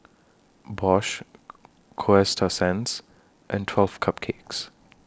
Bosch Coasta Sands and twelve Cupcakes